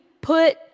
put